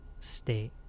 state